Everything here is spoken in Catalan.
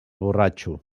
borratxo